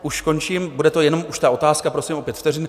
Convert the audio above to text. Už končím, bude to jenom už ta otázka, prosím o pět vteřin.